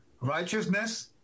righteousness